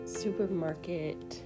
supermarket